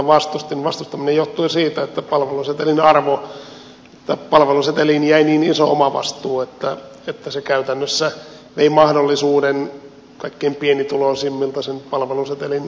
vastustaminen johtui siitä että palveluseteliin jäi niin iso omavastuu että se käytännössä vei mahdollisuuden kaikkein pienituloisimmilta sen palvelusetelin käyttöön